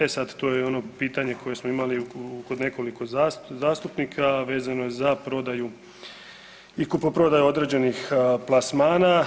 E sada, to je ono pitanje koje smo imali kod nekoliko zastupnika a vezano je za prodaju i kupoprodaju određenih plasmana.